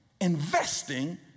investing